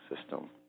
system